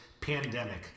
pandemic